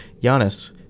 Giannis